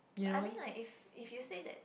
I mean like if if you say that